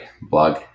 blog